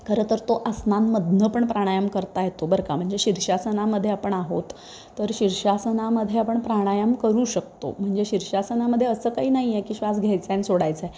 खरंतर तो आसनांमधनं पण प्राणायाम करता येतो बरं का म्हणजे शीर्षासनामध्ये आपण आहोत तर शीर्षासनामध्ये आपण प्राणायाम करू शकतो म्हणजे शीर्षासनामध्ये असं काही नाही आहे की श्वास घ्यायचा आहे आणि सोडायचा आहे